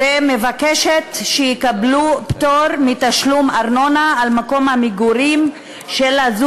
ומבקשת שהם יקבלו פטור מתשלום ארנונה על מקום המגורים שלהם,